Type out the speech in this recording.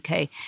UK